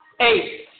eight